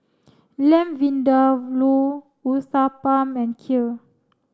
Lamb Vindaloo Uthapam and Kheer